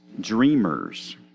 dreamers